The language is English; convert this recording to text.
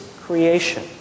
creation